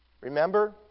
Remember